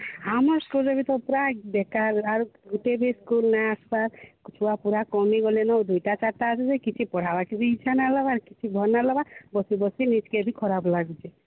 ଆମର୍ ସ୍କୁଲ୍ରେ ବି ତ ପୁରା ବେକାର୍ ଆରୁ ଗୋଟିଏ ବି ସ୍କୁଲ୍ ନାଇଁ ଆସିବାର୍ ଛୁଆ ପୁରା କମି ଗଲେନ ଦୁଇଟା ଚାରିଟା ଆସୁଛେ କିଛି ପଢ଼ାବାକେ ବି ଇଚ୍ଛା ନାହିଁ ହେବାର୍ କିଛି ଭଲ୍ ନାଇଁ ଲଗବା ବସି ବସି ନିଜ୍କେ ବି ଖରାପ୍ ଲାଗୁଛେ